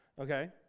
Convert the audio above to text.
Okay